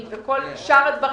אבל כל אחד הוא עולם ומלואו,